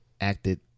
acted